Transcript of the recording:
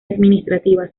administrativa